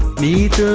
meet